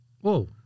whoa